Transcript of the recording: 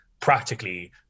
practically